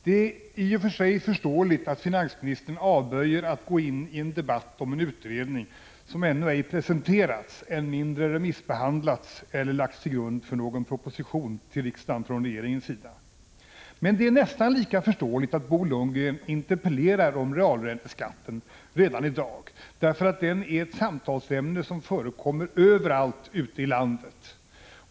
Herr talman! Det är i och för sig förståeligt att finansministern avböjer att gå in i en debatt om en utredning som ännu ej presenterats, än mindre remissbehandlats eller lagts till grund för någon proposition till riksdagen från regeringen. Men det är nästan lika förståeligt att Bo Lundgren interpellerar om realränteskatten redan i dag, därför att den är ett samtalsämne som förekommer överallt ute i landet.